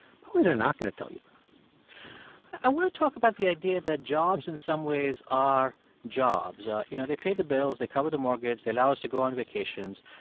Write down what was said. probably they're not going to tell you that i want to talk about the idea that jobs in some ways are jobs. you know, they pay the bills. they cover the mortgage. they allow us to go on vacations.